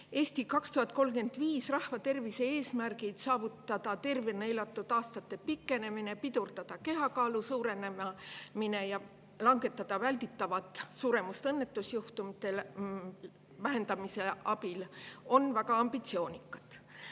"Eesti 2035" rahvatervise eesmärgid saavutada tervena elatud elu pikenemine, pidurdada kehakaalu suurenemine ja langetada välditavat suremust õnnetusjuhtumite vähendamise abil on väga ambitsioonikad.